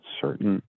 certain